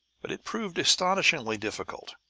but it proved astonishingly difficult.